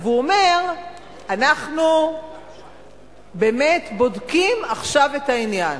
והוא אומר: אנחנו באמת בודקים עכשיו את העניין.